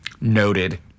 Noted